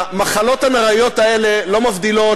המחלות הנוראיות האלה לא מבדילות,